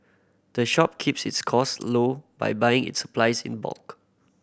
the shop keeps its costs low by buying its supplies in bulk